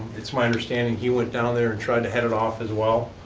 it's my understanding he went down there and tried to head it off as well.